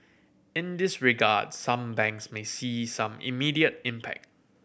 in this regard some banks may see some immediate impact